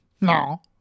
No